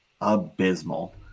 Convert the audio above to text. abysmal